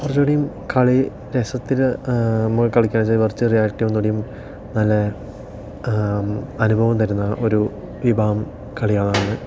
കുറച്ചും കൂടി കളി രസത്തിൽ നമ്മൾ കളിക്കാച്ചാൽ വിർച്വൽ റിയാലിറ്റി ഒന്ന് കൂടിയും നല്ല അനുഭവം തരുന്ന ഒരു വിഭാഗം കളികൾ ആണ്